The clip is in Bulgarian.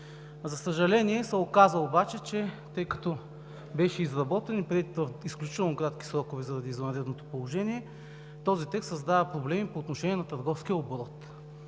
За съжаление обаче, се оказа, че, тъй като беше изработен и приет в изключително кратки срокове заради извънредното положение, този текст създава проблеми по отношение на търговския оборот.